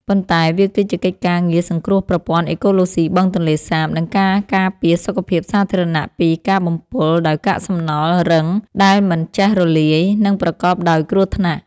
ប៉ុន្តែវាគឺជាកិច្ចការងារសង្គ្រោះប្រព័ន្ធអេកូឡូស៊ីបឹងទន្លេសាប និងការការពារសុខភាពសាធារណៈពីការបំពុលដោយកាកសំណល់រឹងដែលមិនចេះរលាយ និងប្រកបដោយគ្រោះថ្នាក់។